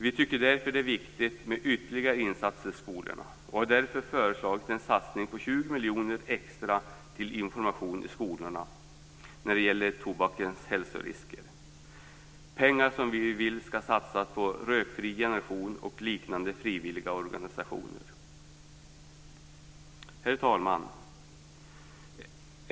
Vi tycker därför att det är viktigt med ytterligare insatser i skolorna och har därför föreslagit en satsning på 20 miljoner extra till information i skolorna när det gäller tobakens hälsorisker - pengar som vi vill skall satsas på En rökfri generation och liknande frivilliga organisationer. Herr talman!